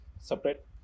separate